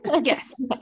Yes